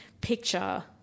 picture